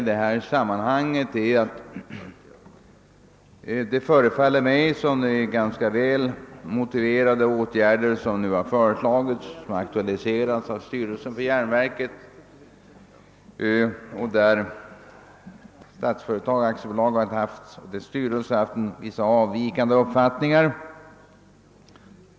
Jag vill i sammanhanget understryka att det förefaller vara ganska välmotiverade åtgärder som nu aktualiserats av styrelsen för järnverket, men därom har styrelsen för Statsföretag AB haft vissa avvikande uppfattningar.